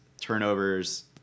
turnovers